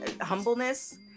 humbleness